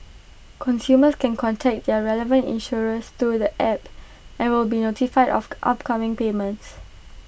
consumers can contact their relevant insurers through the app and will be notified of upcoming payments